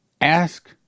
ask